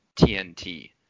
TNT